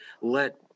let